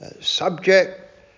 subject